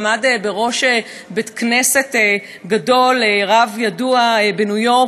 שעמד בראש בית-כנסת גדול בניו-יורק,